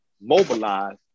mobilize